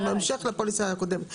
הן המשך לפוליסה הקודמת,